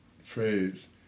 phrase